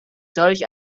solch